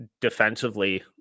defensively